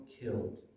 killed